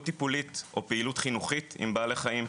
טיפולית או פעילות חינוכית עם בעלי חיים,